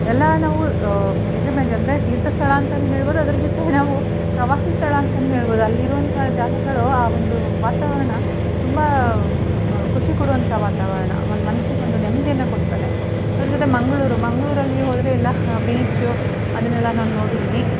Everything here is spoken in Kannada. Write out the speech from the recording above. ಎಲ್ಲ ನಾವು ಪೆಲಿಗ್ರಿಮೇಜ್ ಅಂದರೆ ತೀರ್ಥ ಸ್ಥಳ ಅಂತಲೂ ಹೇಳ್ಬೋದು ಅದ್ರ ಜೊತೆ ನಾವು ಪ್ರವಾಸಿ ಸ್ಥಳ ಅಂತಲೂ ಹೇಳ್ಬೋದು ಅಲ್ಲಿರುವಂಥ ಜಾಗಗಳು ಆ ಒಂದು ವಾತಾವರಣ ತುಂಬ ಖುಷಿ ಕೊಡುವಂಥ ವಾತಾವರಣ ಒಂದು ಮನ್ಸಿಗೆ ಒಂದು ನೆಮ್ಮದಿಯನ್ನ ಕೊಡ್ತವೆ ಅದ್ರ ಜೊತೆ ಮಂಗಳೂರು ಮಂಗಳೂರಲ್ಲಿ ಹೋದರೆ ಎಲ್ಲ ಹ ಬೀಚು ಅದನ್ನೆಲ್ಲ ನಾನು ನೋಡಿದ್ದೀನಿ